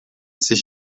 sich